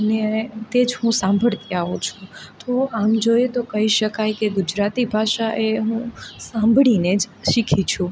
અને તે જ હું સાંભળતી આવું છું તો આમ જોઈએ તો કહી શકાય કે ગુજરાતી ભાષા એ હું સાંભળીને જ શીખી છું